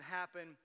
happen